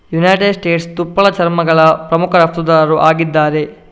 United States ತುಪ್ಪಳ ಚರ್ಮಗಳ ಪ್ರಮುಖ ರಫ್ತುದಾರರು ಆಗಿದ್ದಾರೆ